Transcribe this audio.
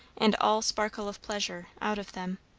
and all sparkle of pleasure, out of them.